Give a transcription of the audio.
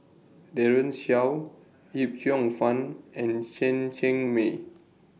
Daren Shiau Yip Cheong Fun and Chen Cheng Mei